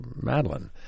Madeline